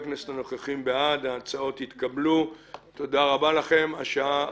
הצבעה בעד ההצעה להעביר את הצעת החוק הממוזגת בכפוף